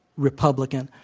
republican.